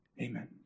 Amen